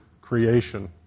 creation